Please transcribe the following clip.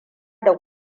da